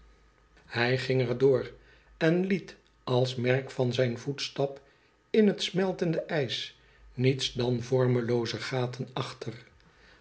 hij ging er door en liet als merk van zijn voetstap in het smeltende ijs niets dan vormlooze gaten achter